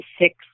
six